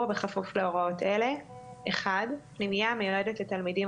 בכפוף להוראות אלה: (1) פנימייה המיועדת לתלמידים